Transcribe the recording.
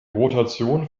rotation